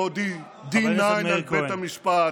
לא D9 על בית המשפט,